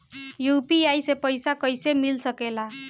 UPI से पइसा कईसे मिल सके ला?